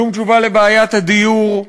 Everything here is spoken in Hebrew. שום תשובה לבעיית הדיור,